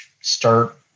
start